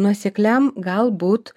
nuosekliam galbūt